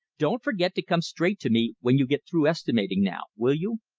don't forget to come straight to me when you get through estimating, now, will you?